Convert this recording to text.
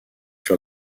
sur